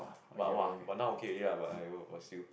but !wah! but now okay already lah but !aiyo! but still